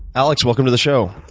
alex, welcome to the show.